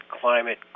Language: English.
climate